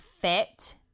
fit